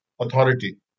authority